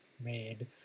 made